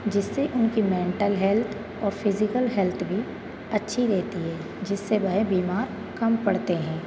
जिससे उनकी mental health और फ़ीज़िकल हेल्थ भी अच्छी रहती है जिससे वह बीमार कम पड़ते हैं